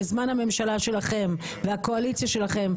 בזמן הממשלה שלכם והקואליציה שלכם,